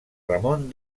ramon